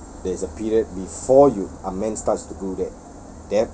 okay there's a period before you a man starts to do that